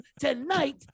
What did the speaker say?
tonight